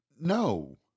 No